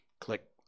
Click